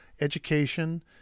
education